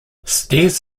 stairs